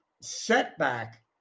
setback